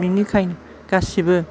बिनिखायनो गासैबो